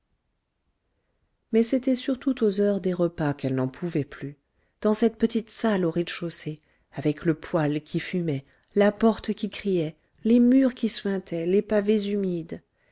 mais c'était surtout aux heures des repas qu'elle n'en pouvait plus dans cette petite salle au rez-de-chaussée avec le poêle qui fumait la porte qui criait les murs qui suintaient les pavés humides